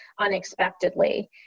unexpectedly